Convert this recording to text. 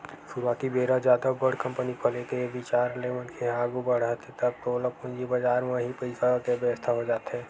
सुरुवाती बेरा जादा बड़ कंपनी खोले के बिचार ले मनखे ह आघू बड़हत हे तब तो ओला पूंजी बजार म ही पइसा के बेवस्था हो जाथे